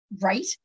Right